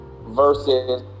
versus